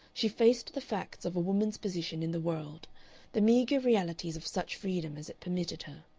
she faced the facts of a woman's position in the world the meagre realities of such freedom as it permitted her,